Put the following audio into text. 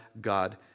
God